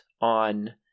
on